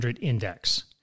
index